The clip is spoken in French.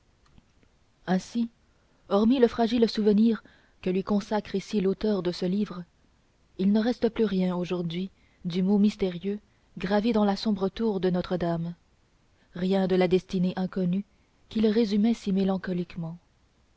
ainsi hormis le fragile souvenir que lui consacre ici l'auteur de ce livre il ne reste plus rien aujourd'hui du mot mystérieux gravé dans la sombre tour de notre-dame rien de la destinée inconnue qu'il résumait si